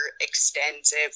extensive